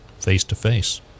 face-to-face